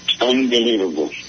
Unbelievable